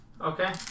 Okay